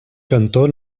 cantó